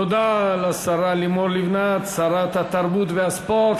תודה לשרה לימור לבנת, שרת התרבות והספורט.